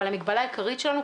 אבל המגבלה העיקרית שלנו,